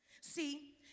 See